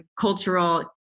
cultural